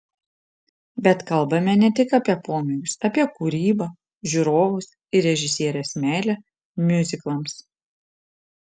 bet kalbame ne tik apie pomėgius apie kūrybą žiūrovus ir režisierės meilę miuziklams